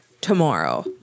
tomorrow